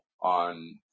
on